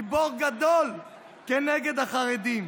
גיבור גדול כנגד החרדים,